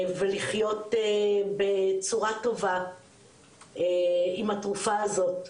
ולחיות בצורה טובה עם התרופה הזאת,